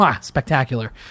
spectacular